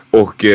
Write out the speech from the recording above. och